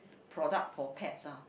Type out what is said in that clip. product for pets ah